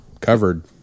covered